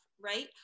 right